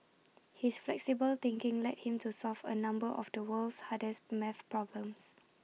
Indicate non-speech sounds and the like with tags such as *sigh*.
*noise* his flexible thinking led him to solve A number of the world's hardest math problems